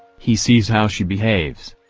he sees how she behaves.